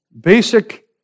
basic